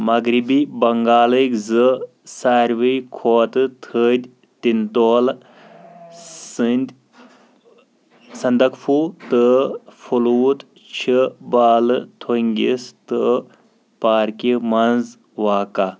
مغربی بنٛگالٕکۍ زٕ ساروِی کھۄتہٕ تھٔدۍ تیٚنتولہٟ سٟنٛدۍ سنٛدَکپھو تہٕ پھلوٗت چھِ بالہٕ تھوٚنٛگِس تہٕ پارکہِ منٛز واقعہ